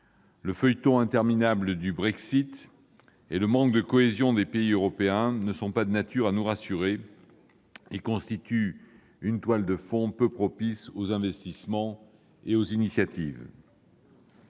feuilleton du Brexit et le manque de cohésion des pays européens ne sont pas de nature à nous rassurer et constituent une toile de fond peu propice aux investissements et aux initiatives.